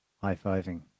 high-fiving